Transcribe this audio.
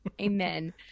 Amen